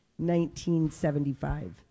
1975